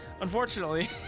unfortunately